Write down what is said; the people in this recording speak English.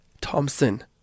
Thompson